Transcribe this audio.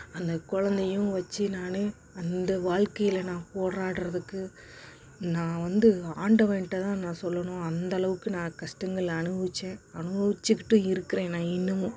அந்த குழந்தையும் வச்சு நான் அந்த வாழ்க்கையில் நான் போராடுறதுக்கு நான் வந்து ஆண்டவன்கிட்ட தான் நான் சொல்லணும் அந்தளவுக்கு நான் கஷ்டங்கள் அனுபவித்தேன் அனுபவித்துக்கிட்டும் இருக்கிறேன் நான் இன்னமும்